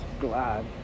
glad